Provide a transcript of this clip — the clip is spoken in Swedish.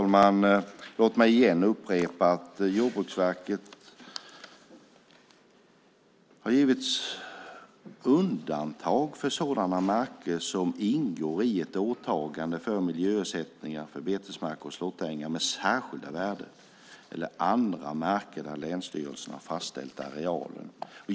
Fru talman! Låt mig upprepa att Jordbruksverket givits undantag för sådana marker som ingår i ett åtagande för miljösättningar för betesmarker och slåtterängar med särskilda värden eller andra marker där länsstyrelsen har fastställt arealen.